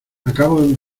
acabo